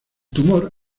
tumor